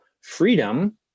freedom